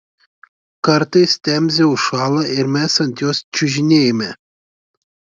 kartais temzė užšąla ir mes ant jos čiužinėjame